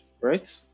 right